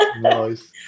Nice